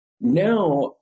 Now